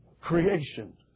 Creation